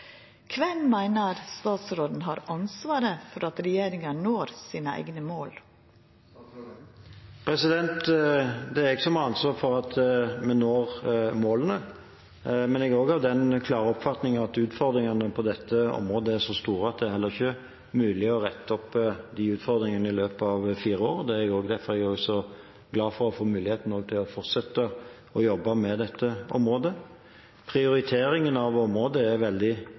meiner statsråden har ansvaret for at regjeringa når sine eigne mål? Jeg har ansvaret for at vi når målene, men jeg er også av den klare oppfatning at utfordringene på dette området er så store at det heller ikke er mulig å rette dem opp i løpet av fire år. Også derfor er jeg glad for å få muligheten til å fortsette å jobbe med dette området. Prioriteringen av området er veldig